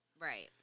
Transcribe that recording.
Right